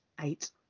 eight